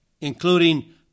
including